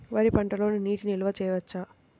వరి పంటలో నీటి నిల్వ చేయవచ్చా?